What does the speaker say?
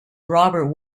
robert